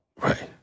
Right